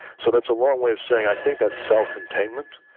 so that's a long way of saying i think that self-containment,